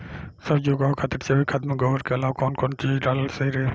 सब्जी उगावे खातिर जैविक खाद मे गोबर के अलाव कौन कौन चीज़ डालल सही रही?